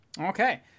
Okay